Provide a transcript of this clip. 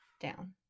down